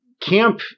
camp